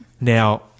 Now